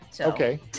Okay